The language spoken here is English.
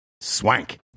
swank